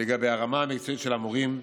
לגבי הרמה המקצועית של המורים,